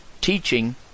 teaching